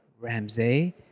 Ramsey